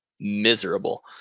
miserable